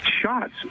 shots